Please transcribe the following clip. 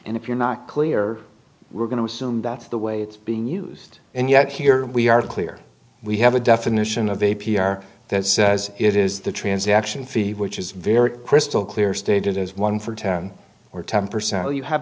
and if you're not clear we're going to assume that's the way it's being used and yet here we are clear we have a definition of a p r that says it is the transaction fee which is very crystal clear stated as one for ten or ten percent you have